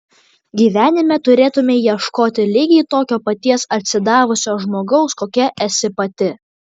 gyvenime turėtumei ieškoti lygiai tokio paties atsidavusio žmogaus kokia esi pati